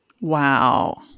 Wow